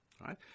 right